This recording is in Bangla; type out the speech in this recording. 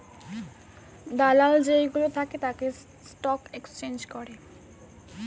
দালাল যেই গুলো থাকে তারা স্টক এক্সচেঞ্জ করে